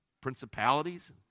principalities